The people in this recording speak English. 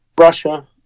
Russia